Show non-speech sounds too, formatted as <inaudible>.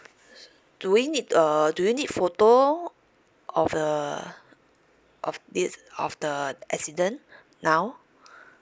so do we need uh do we need photo of the of this of the accident <breath> now <breath>